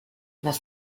las